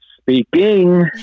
Speaking